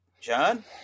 John